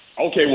okay